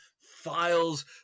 Files